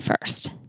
first